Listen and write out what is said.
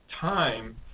time